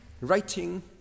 writing